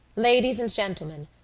ladies and gentlemen,